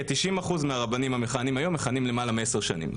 כ-90% מהרבנים המכהנים היום מכהנים למעלה מעשר שנים.